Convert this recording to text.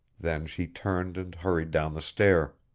then she turned and hurried down the stair.